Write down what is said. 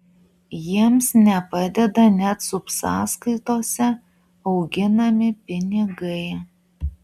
jiems nepadeda net subsąskaitose auginami pinigai